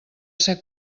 ser